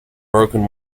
broken